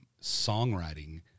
songwriting